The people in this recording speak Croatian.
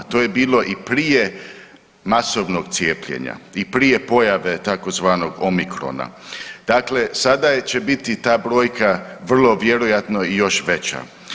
To je bilo i prije masovnog cijepljenja i prije pojave tzv. omikrona, dakle sada će biti ta brojka vrlo vjerojatno i još veća.